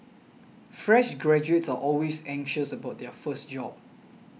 fresh graduates are always anxious about their first job